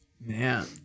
Man